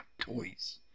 toys